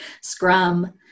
scrum